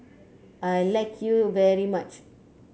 I like you very much